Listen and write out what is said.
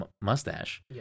mustache